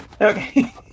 Okay